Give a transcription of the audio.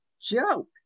joke